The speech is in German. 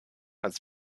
als